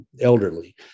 elderly